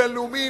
בין-לאומיים,